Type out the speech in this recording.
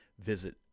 visit